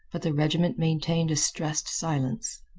but the regiment maintained a stressed silence.